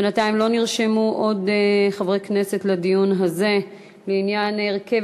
בינתיים לא נרשמו עוד חברי כנסת לדיון הזה לעניין הרכב